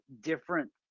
different